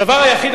הדבר היחיד,